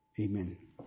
Amen